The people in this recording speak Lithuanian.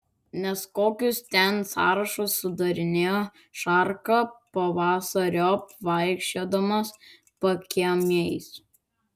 nes kokius ten sąrašus sudarinėjo šarka pavasariop vaikščiodamas pakiemiais